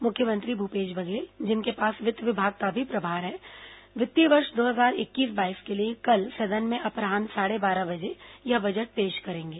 मुख्यमंत्री भूपेश बघेल जिनके पास वित्त विभाग का भी प्रभार है वित्तीय वर्ष दो हजार इक्कीस बाईस के लिए कल सदन में अपरान्ह साढ़े बारह बजे यह बजट पेश करेंगे